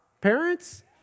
Parents